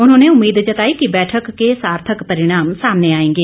उन्होंने उम्मीद जताई कि बैठक के सार्थक परिणाम सामने आएंगे